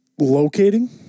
Locating